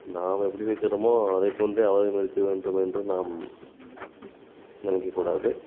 நாம் எப்படி இருக்கிறோமோ அதை போன்றே அவர்கள் இருக்க வேண்டும் என்று நாம் நினைக்கக் கூடாது